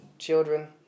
children